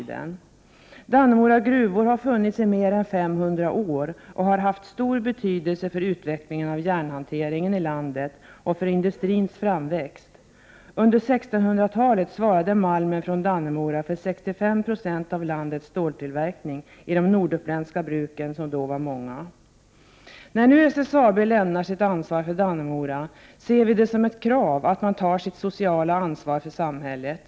Dannemora gruvor har funnits i mer än 500 år och har haft stor betydelse för utvecklingen av järnhanteringen i landet och för industrins framväxt. Under 1600-talet svarade malmen från Dannemora för 65 90 av landets ståltillverkning som skedde vid de norduppländska bruken som då var många. När nu SSAB lämnar sitt ansvar för Dannemora ser vi det som ett krav att man tar sitt sociala ansvar för samhället.